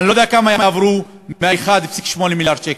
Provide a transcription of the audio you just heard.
אני לא יודע כמה יעברו מה-1.8 מיליארד שקל.